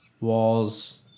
walls